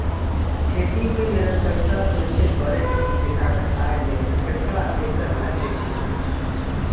खेती मे निरंतरता सुनिश्चित करै लेल किसानक आय मे स्थिरता एकर लक्ष्य छियै